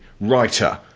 writer